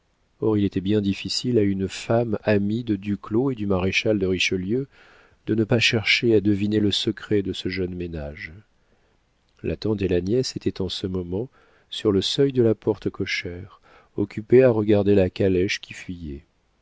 or il était bien difficile à une femme amie de duclos et du maréchal de richelieu de ne pas chercher à deviner le secret de ce jeune ménage la tante et la nièce étaient en ce moment sur le seuil de la porte cochère occupées à regarder la calèche qui fuyait